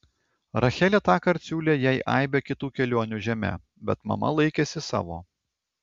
rachelė tąkart siūlė jai aibę kitų kelionių žeme bet mama laikėsi savo